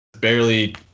barely